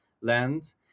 land